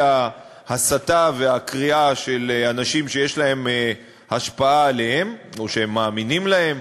מההסתה והקריאה של אנשים שיש להם השפעה עליהם או שהם מאמינים להם,